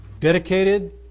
dedicated